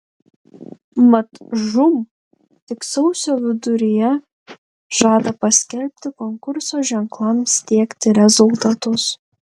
mat žūm tik sausio viduryje žada paskelbti konkurso ženklams tiekti rezultatus